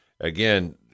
again